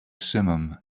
simum